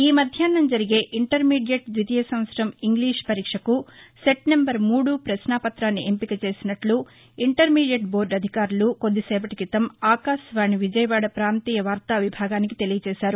ఈ మధ్నాహ్నం జరిగే ఇంటర్మీడియట్ ద్వితీయ సంవత్సరం ఇంగ్లీషు పరీక్షకు సెట్ నెంబర్ మూడు ప్రశ్నాపతాన్ని ఎంపిక చేసినట్లు ఇంటర్మీడియట్ బోర్దు అధికారులు కొద్దిసేపటి క్రితం అకాశవాణి విజయవాడ ప్రాంతీయ వార్తావిభాగానికి తెలిపారు